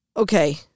Okay